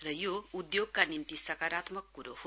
र यो उद्योगका निम्ति सकारात्मक क्रो हो